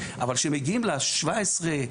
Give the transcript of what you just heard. אבל כשמגיעים לגיל 17,